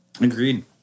Agreed